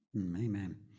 Amen